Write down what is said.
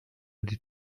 die